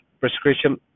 prescription